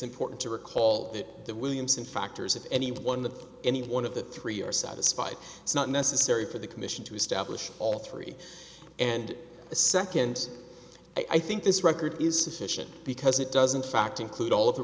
important to recall that the williamson factors of any one that any one of the three are satisfied it's not necessary for the commission to establish all three and the second i think this record is sufficient because it doesn't fact include